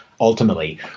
Ultimately